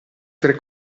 tre